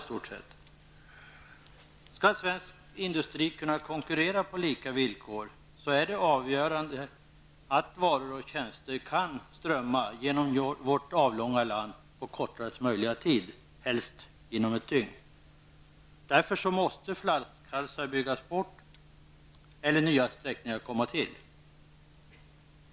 För att svensk industri skall kunna konkurrera på lika villkor är det av avgörande betydelse att varor och tjänster kan strömma genom vårt avlånga land på kortaste möjliga tid, helst inom ett dygn. Därför måste flaskhalsar byggas bort eller nya sträckningar komma till.